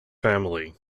family